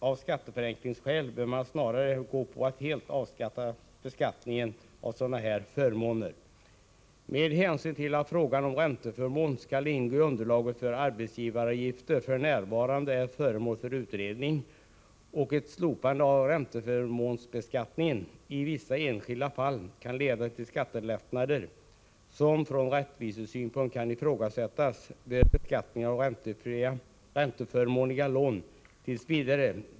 Av skatteförenklingsskäl bör man snarare välja att helt avskaffa beskattningen av sådana här förmåner. Med hänsyn till att frågan om huruvida ränteförmån skall ingå i underlaget för arbetsgivaravgifter f.n. är föremål för utredning och att ett slopande av ränteförmånsbeskattningen i vissa enskilda fall kan leda till skattelättnader som från rättvisesynpunkt kan ifrågasättas, bör beskattningen av ränteförmånliga lån t.v.